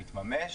מתממש,